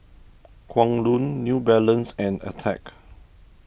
Kwan Loong New Balance and Attack